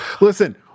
Listen